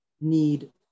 need